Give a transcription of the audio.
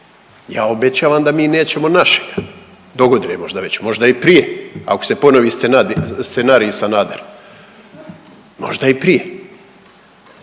Ja obećavam da mi nećemo našega, dogodine možda već, možda i prije, ako se ponovi scenarij Sanader. Možda i prije,